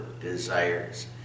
desires